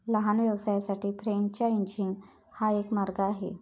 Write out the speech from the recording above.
लहान व्यवसायांसाठी फ्रेंचायझिंग हा एक मार्ग आहे